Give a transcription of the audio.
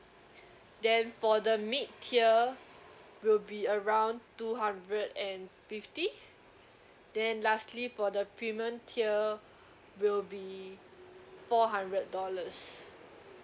then for the mid tier will be around two hundred and fifty then lastly for the premium tier will be four hundred dollars